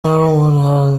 naho